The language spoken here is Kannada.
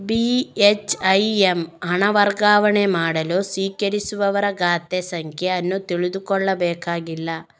ಬಿ.ಹೆಚ್.ಐ.ಎಮ್ ಹಣ ವರ್ಗಾವಣೆ ಮಾಡಲು ಸ್ವೀಕರಿಸುವವರ ಖಾತೆ ಸಂಖ್ಯೆ ಅನ್ನು ತಿಳಿದುಕೊಳ್ಳಬೇಕಾಗಿಲ್ಲ